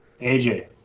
AJ